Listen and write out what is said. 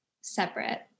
separate